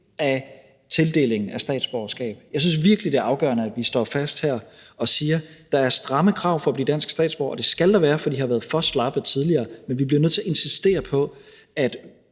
af tildelingen af statsborgerskab. Jeg synes virkelig, det er afgørende, at vi står fast her og siger, at der er stramme krav for at blive dansk statsborger, og det skal der være, for de har været for slappe tidligere, men vi bliver nødt til at insistere på, at